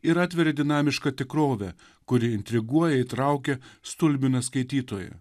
ir atveria dinamišką tikrovę kuri intriguoja įtraukia stulbina skaitytoją